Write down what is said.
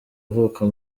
avuka